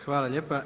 Hvala lijepa.